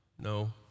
no